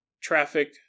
Traffic